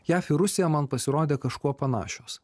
jav ir rusija man pasirodė kažkuo panašios